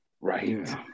Right